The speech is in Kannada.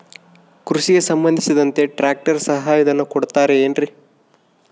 ಕೃಷಿಗೆ ಸಂಬಂಧಿಸಿದಂತೆ ಟ್ರ್ಯಾಕ್ಟರ್ ಸಹಾಯಧನ ಕೊಡುತ್ತಾರೆ ಏನ್ರಿ?